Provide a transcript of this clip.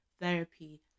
therapy